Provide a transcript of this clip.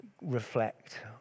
reflect